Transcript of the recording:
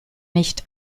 nicht